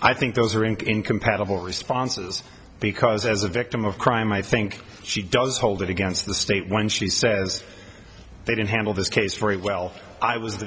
i think those are incompatible responses because as a victim of crime i think she does hold it against the state when she says they didn't handle this case very well i was